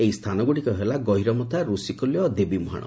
ଏହି ସ୍ଚାନଗୁଡ଼ିକ ହେଲା ଗହୀରମଥା ରଷିକ୍ଲ୍ୟା ଓ ଦେବୀ ମୁହାଶ